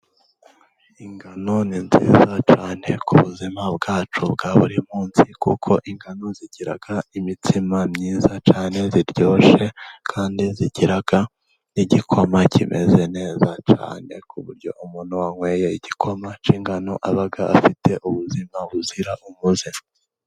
Ingano ni nziza cyane ku buzima bwacu bwa buri munsi, kuko ingano zigira imitsima myiza cyane, iryoshye kandi igira igikoma kimeze neza cyane, ku buryo umuntu wanyweye igikoma cy'ingano aba afite ubuzima buzira umuze.